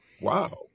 wow